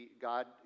God